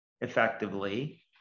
effectively